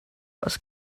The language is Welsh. oes